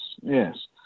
yes